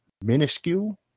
minuscule